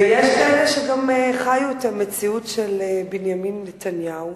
ויש כאלה שגם חיו את המציאות של בנימין נתניהו,